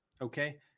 okay